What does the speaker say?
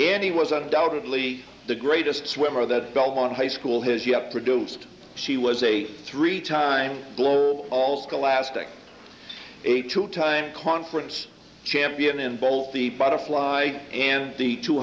he was undoubtedly the greatest swimmer that belt on high school has yet produced she was a three time global all scholastic a two time conference champion in both the butterfly and the two